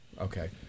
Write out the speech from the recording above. okay